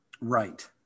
Right